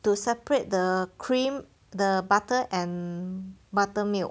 to separate the cream the butter and buttermilk